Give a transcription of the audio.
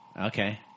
okay